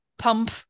pump